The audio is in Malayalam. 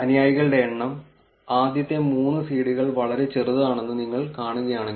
അനുയായികളുടെ എണ്ണം ആദ്യത്തെ മൂന്ന് സീഡുകൾ വളരെ ചെറുതാണെന്ന് നിങ്ങൾ കാണുകയാണെങ്കിൽ